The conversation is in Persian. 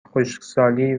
خشکسالی